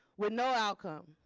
with no outcome.